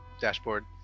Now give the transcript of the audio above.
dashboard